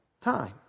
time